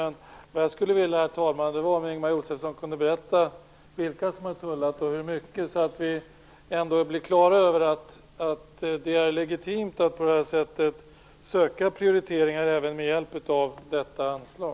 Men jag skulle vilja, herr talman, att Ingemar Josefsson berättade vilka som har tullat och hur mycket, så att vi blir klara över att det är legitimt att på det här sättet söka prioriteringar även med hjälp av detta anslag.